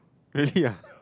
really ah